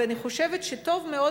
ואני חושבת שטוב מאוד,